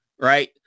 right